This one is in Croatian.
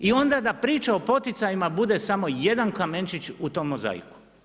I onda da priče o poticajima bude samo jedan kamenčić u tom mozaiku.